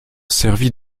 servit